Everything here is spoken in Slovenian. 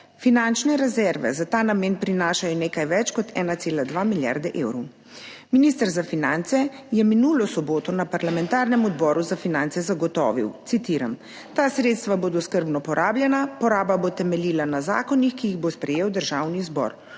Finančne rezerve za ta namen prinašajo nekaj več kot 1,2 milijarde evrov. Minister za finance je minulo soboto na parlamentarnem Odboru za finance zagotovil, citiram: »Ta sredstva bodo skrbno porabljena. Poraba bo temeljila na zakonih, ki jih bo sprejel Državni zbor.